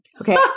Okay